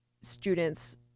students